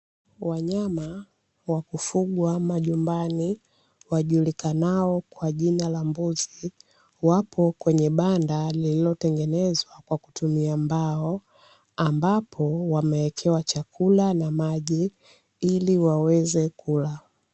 Wanyama wakufugwa majumbani wajulikanao kwa jina la mbuzi, wapo kwenye banda liliotengenezwa kwa kutumia mbao, ambapo wamewekewa chakula na maji ili waweze kula.